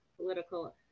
political